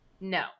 no